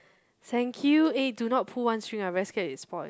thank you eh do not pull one string I very scared it spoil